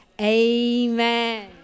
amen